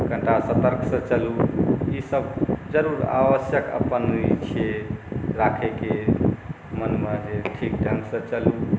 कनिटा सतर्कसँ चलू ई सब जरूर आवश्यक अपन ई छै राखैके मोनमे जे ठीक ढङ्गसँ चलू